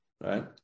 right